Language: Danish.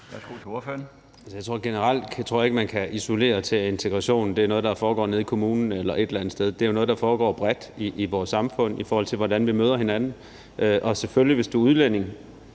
Jeg tror generelt ikke, man kan isolere det til, at integrationen er noget, der foregår nede i kommunen eller et eller andet sted. Det er jo noget, der foregår bredt i vores samfund, i forhold til hvordan vi møder hinanden. Og selvfølgelig synes vi